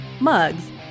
mugs